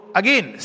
again